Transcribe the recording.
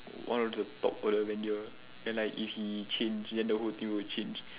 one of the top of the avenger then like if he change then the whole thing will change